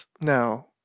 No